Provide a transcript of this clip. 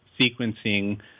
sequencing